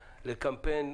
לקמפיין.